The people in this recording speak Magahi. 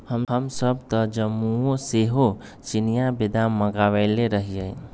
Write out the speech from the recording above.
हमसभ तऽ जम्मूओ से सेहो चिनियाँ बेदाम मँगवएले रहीयइ